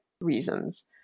reasons